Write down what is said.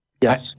Yes